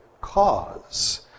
cause